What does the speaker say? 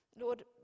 Lord